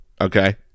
okay –